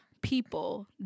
people